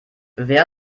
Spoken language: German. wer